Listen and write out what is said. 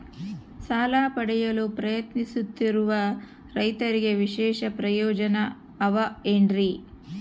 ಸಾಲ ಪಡೆಯಲು ಪ್ರಯತ್ನಿಸುತ್ತಿರುವ ರೈತರಿಗೆ ವಿಶೇಷ ಪ್ರಯೋಜನ ಅವ ಏನ್ರಿ?